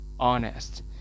honest